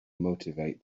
motivate